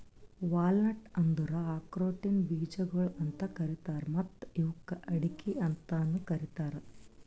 walnut ಅಂದುರ್ ಆಕ್ರೋಟಿನ ಬೀಜಗೊಳ್ ಅಂತ್ ಕರೀತಾರ್ ಮತ್ತ ಇವುಕ್ ಅಡಿಕೆ ಅಂತನು ಕರಿತಾರ್